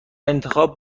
انتخاب